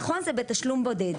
נכון זה בתשלום בודד.